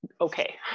okay